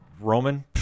Roman